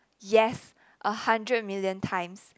yes a hundred million times